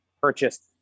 purchased